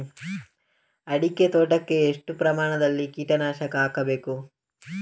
ಅಡಿಕೆ ತೋಟಕ್ಕೆ ಎಷ್ಟು ಪ್ರಮಾಣದಲ್ಲಿ ಕೀಟನಾಶಕ ಹಾಕಬೇಕು?